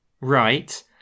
right